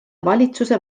valitsuse